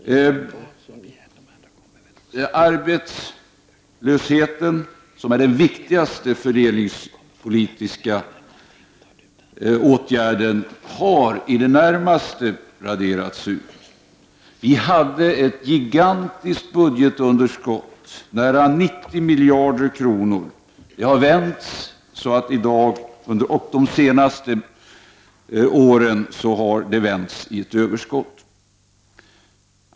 Arbetslösheten, som är den viktigaste fördelningspolitiska faktorn, har i det närmaste raderats ut. Det gigantiska budgetunderskottet, nära 90 miljarder kronor, har under de senaste åren vänts i ett överskott.